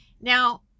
Now